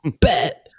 bet